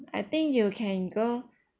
I think you can go